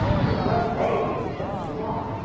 and it was they who suggested the walk.